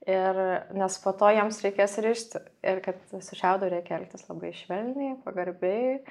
ir nes po to jiems reikės rišti ir kad su šiaudu reikia elgtis labai švelniai pagarbiai